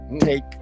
Take